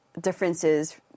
differences